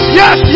yes